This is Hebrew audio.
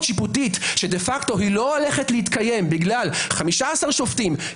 שיפוטית שדה פקטו לא הולכת להתקיים בגלל 15 שופטים,